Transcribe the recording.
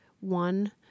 One